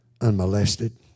unmolested